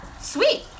sweet